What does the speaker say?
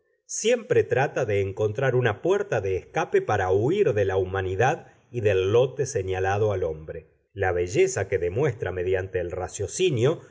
siempre trata de encontrar una puerta de escape para huir de la humanidad y del lote señalado al hombre la belleza que demuestra mediante el raciocinio